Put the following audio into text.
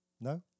No